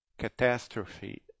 catastrophe